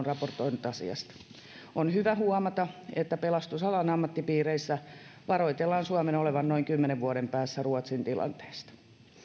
raportoineet asiasta on hyvä huomata että pelastusalan ammattipiireissä varoitellaan suomen olevan noin kymmenen vuoden päässä ruotsin tilanteesta